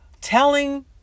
telling